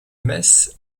metz